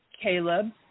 Caleb